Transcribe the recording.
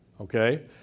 Okay